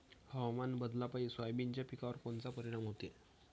हवामान बदलापायी सोयाबीनच्या पिकावर कोनचा परिणाम होते?